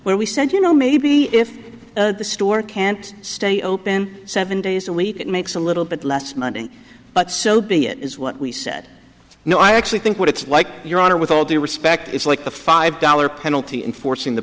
where we said you know maybe if the store can't stay open seven days a week it makes a little bit less money but so be it is what we said no i actually think what it's like your honor with all due respect it's like a five dollar penalty enforcing the